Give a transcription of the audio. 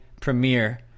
premiere